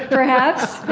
perhaps,